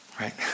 Right